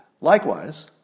Likewise